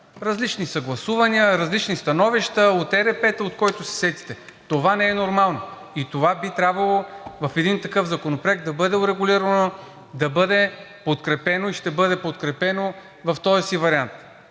Различни съгласувания, различни становища, от ЕРП-та, от който се сетите. Това не е нормално. Това би трябвало в един такъв законопроект да бъде урегулирано, да бъде подкрепено и ще бъде подкрепено в този си вариант.